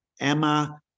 Emma